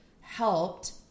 helped